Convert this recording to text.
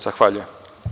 Zahvaljujem.